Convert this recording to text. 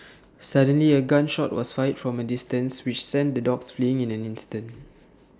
suddenly A gun shot was fired from A distance which sent the dogs fleeing in an instant